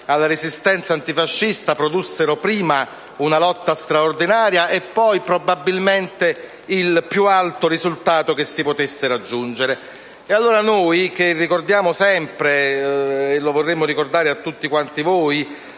alla Resistenza antifascista, produssero prima una lotta straordinaria e poi, probabilmente, il più alto risultato che si potesse raggiungere. Signor Presidente, noi che ricordiamo sempre - e la vorremmo ricordare a tutti quanti voi